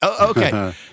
okay